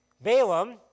Balaam